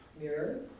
mirror